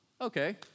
Okay